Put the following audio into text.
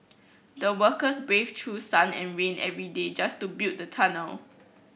the workers braved through sun and rain every day just to build the tunnel